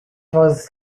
was